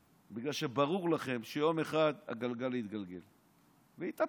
בגלל שברור לכם שיום אחד הגלגל יתגלגל ויתהפך.